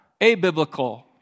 abiblical